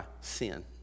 sin